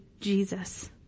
Jesus